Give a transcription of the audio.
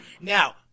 Now